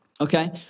okay